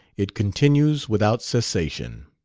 it continues without cessation.